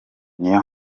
niyo